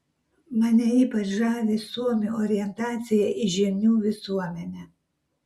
mane ypač žavi suomių orientacija į žinių visuomenę